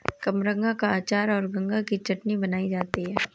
कबरंगा का अचार और गंगा की चटनी बनाई जाती है